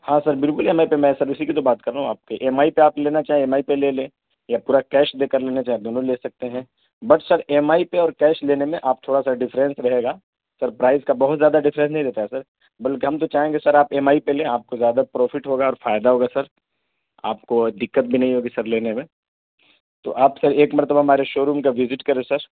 ہاں سر بالکل EMI پہ میں سر اسی کی بات تو کر رہا ہوں آپ کے ایم آئی پہ آپ لینا چاہیں ایم آئی پہ لے لیں یا پورا کیش دے کر لینا چاہیں دونوں لے سکتے ہیں بٹ سر ایم آئی پہ اور کیش لینے میں آپ تھوڑا سا ڈیفرنس رہے گا سر پرائز کا بہت زیادہ ڈیفرنس نہیں رہتا ہے سر بلکہ ہم تو چاہیں گے سر آپ ایم آئی پہ لیں آپ کو زیادہ پروفیٹ ہوگا اور فائدہ ہوگا سر آپ کو دقت بھی نہیں ہوگی سر لینے میں تو آپ سر ایک مرتبہ ہمارے شو روم کا وزٹ کریں سر